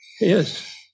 Yes